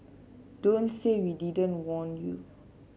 don't say we didn't warn you